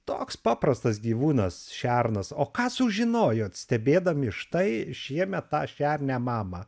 toks paprastas gyvūnas šernas o ką sužinojot stebėdami štai šiemet tą šernę mamą